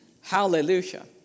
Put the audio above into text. Hallelujah